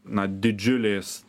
na didžiulės